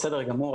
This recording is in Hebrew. בסדר גמור.